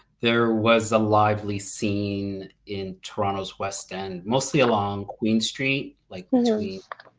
there was a lively scene in toronto's west end mostly along queen street, like